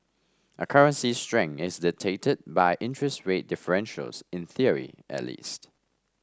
a currency's strength is dictated by interest rate differentials in theory at least